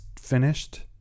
finished